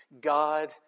God